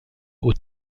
aux